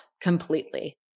completely